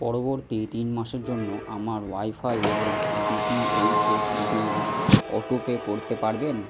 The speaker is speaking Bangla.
পরবর্তী তিন মাসের জন্য আমার ওয়াইফাই এবং ডিটিএইচ এর বিল অটোপে করতে পারবেন